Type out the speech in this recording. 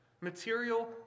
material